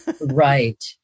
Right